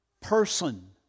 person